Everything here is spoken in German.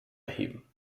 erheben